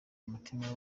umutima